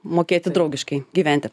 mokėti draugiškai gyventi